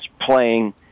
playing